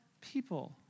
people